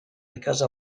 because